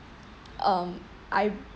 um I